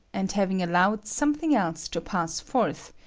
and having allowed something else to pass forth,